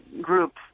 group